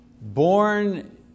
born